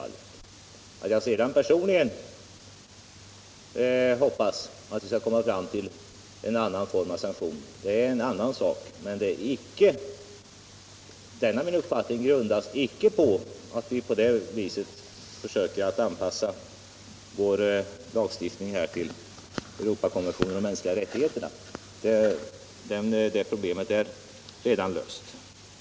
Att jag sedan personligen hoppas att vi skall komma fram till en ändrad form av sanktion är en annan sak — denna åsikt grundas inte på att vi på det sättet skulle försöka anpassa vår lagstiftning till Europakonventionen om de mänskliga rättigheterna. Det problemet är redan löst.